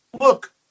look